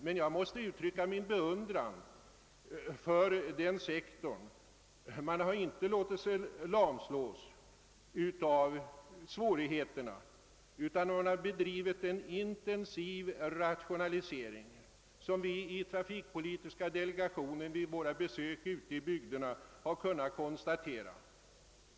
Men jag måste uttrycka min beundran för hur den sektorn inte låtit sig lamslås av svårigheterna, utan man har genomfört en intensiv rationalisering — det har vi i trafikpolitiska delegationen kunnat konstatera vid våra besök ute i bygderna.